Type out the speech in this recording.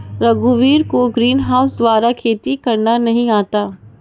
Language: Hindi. रघुवीर को ग्रीनहाउस द्वारा खेती करना नहीं आता है